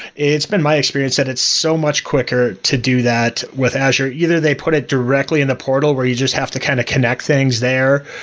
it's been my experience that it's so much quicker to do that with azure. either they put it directly in the portal where you just have to kind of connect things there,